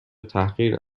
تحقیر